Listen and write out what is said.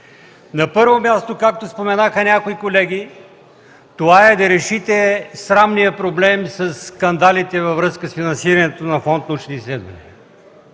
На първо място, както споменаха някои колеги, е да решите срамния проблем със скандалите във връзка с финансирането на Фонд „Научни изследвания”.